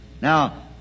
Now